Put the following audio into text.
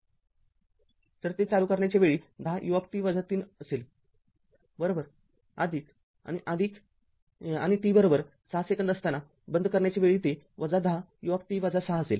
तरते चालू करण्याच्या वेळी १० ut-३असेल बरोबर आणि t बरोबर ६ सेकंद असताना बंद करण्याच्या वेळी ते १० ut ६ असेल